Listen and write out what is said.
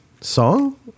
song